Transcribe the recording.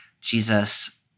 Jesus